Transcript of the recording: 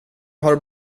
har